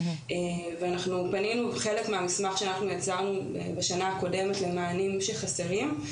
חלק מהמסמך שאנחנו יצרנו בשנה הקודמת למענים שחסרים,